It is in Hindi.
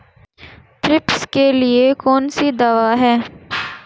थ्रिप्स के लिए कौन सी दवा है?